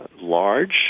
large